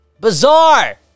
Bizarre